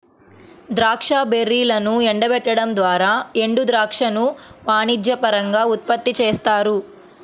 ద్రాక్ష బెర్రీలను ఎండబెట్టడం ద్వారా ఎండుద్రాక్షను వాణిజ్యపరంగా ఉత్పత్తి చేస్తారు